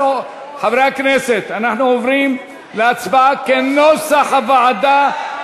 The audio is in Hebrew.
חברי הכנסת, אנחנו עוברים להצבעה על סעיף